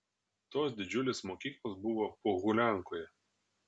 tos didžiulės mokyklos buvo pohuliankoje